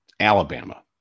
Alabama